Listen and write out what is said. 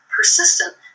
persistent